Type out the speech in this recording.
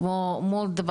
כמו מולדובה,